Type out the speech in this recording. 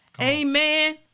Amen